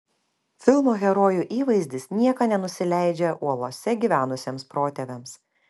filmo herojų įvaizdis nieko nenusileidžia uolose gyvenusiems protėviams